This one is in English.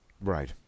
Right